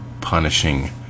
punishing